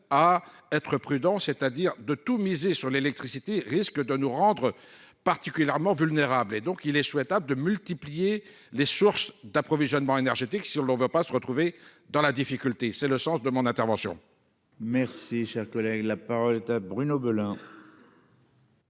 à être prudents, c'est-à-dire de tout miser sur l'électricité risque de nous rendre particulièrement vulnérables et donc il est souhaitable de multiplier les sources d'approvisionnement énergétique sur le on ne veut pas se retrouver dans la difficulté, c'est le sens de mon intervention. Merci, cher collègue, la parole à Bruno Belin.